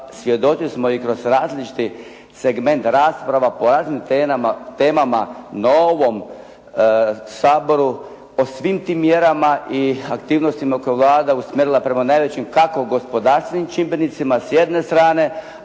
Svjedoci smo i kroz različite segmente rasprava, o raznim temama na ovom Saboru, o svim tim mjerama i aktivnostima koje je Vlada usmjerila prema najvećim kako gospodarstvenim čimbenicima s jedne strane,